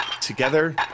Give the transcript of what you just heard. Together